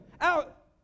out